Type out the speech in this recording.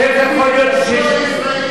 השמאל הישראלי